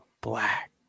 black